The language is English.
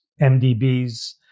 MDBs